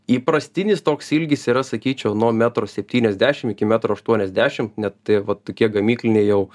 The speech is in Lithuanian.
įprastinis toks ilgis yra sakyčiau nuo metro septyniasdešim iki metro aštuoniasdešimt net tai vat tokie gamykliniai jau